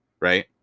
right